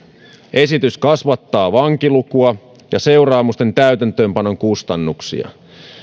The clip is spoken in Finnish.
esitys kasvattaa vankilukua ja seuraamusten täytäntöönpanon kustannuksia